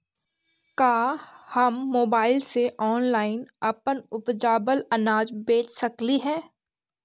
का हम मोबाईल से ऑनलाइन अपन उपजावल अनाज बेच सकली हे?